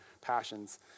passions